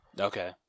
Okay